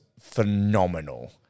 phenomenal